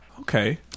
Okay